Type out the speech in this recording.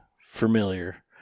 familiar